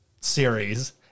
series